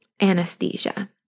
anesthesia